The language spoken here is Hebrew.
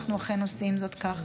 ואנחנו אכן עושים זאת כך.